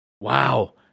wow